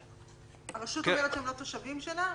הרשות אומרת שהם לא תושבים שלה?